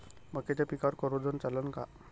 मक्याच्या पिकावर कोराजेन चालन का?